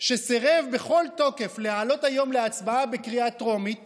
שסירב בכל תוקף להעלות היום להצבעה בקריאה טרומית